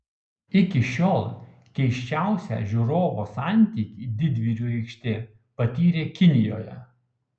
iki šiol keisčiausią žiūrovo santykį didvyrių aikštė patyrė kinijoje